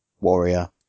warrior